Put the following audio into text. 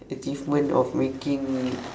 achievement of making